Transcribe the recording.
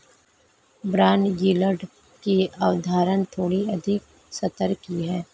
bond yield की अवधारणा थोड़ी अधिक स्तर की है